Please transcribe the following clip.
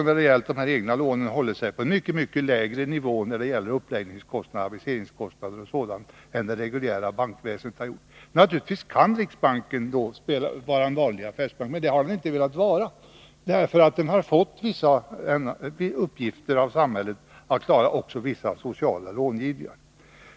När det gäller de egna lånen har man hållit sig på en mycket lägre nivå för uppläggningsoch aviseringskostnader och sådant än det reguljära bankväsendet har gjort. Naturligtvis kan riksbanken i det här sammanhanget fungera som en vanlig affärsbank, men det har den inte velat vara, eftersom den har fått den samhälleliga uppgiften att svara för också viss social långivning.